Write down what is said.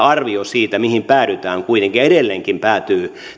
arvio siitä tasosta mihin päädytään kuitenkin ja mihin se edelleenkin päätyy